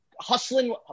hustling